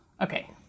Okay